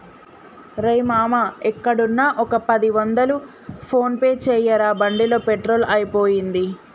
రేయ్ మామా ఎక్కడున్నా ఒక పది వందలు ఫోన్ పే చేయరా బండిలో పెట్రోల్ అయిపోయింది